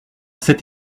cette